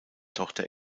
tochter